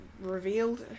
revealed